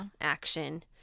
action